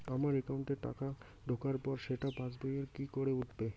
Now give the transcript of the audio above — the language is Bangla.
আমার একাউন্টে টাকা ঢোকার পর সেটা পাসবইয়ে কি করে উঠবে?